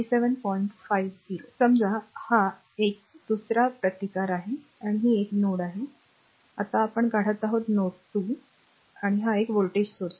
समजा हा दुसरा प्रतिकार आहे आणि ही एक आहे ही r नोड 1 आहे आता आपण काढत आहोत हे नोड 2 आहे आणि हा व्होल्टेज स्त्रोत आहे